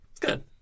good